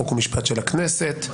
חוק ומשפט של הכנסת.